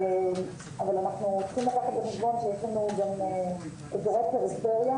אבל אנחנו צריכים לקחת בחשבון שיש לנו גם איזורי פריפריה